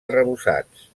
arrebossats